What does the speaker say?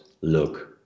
look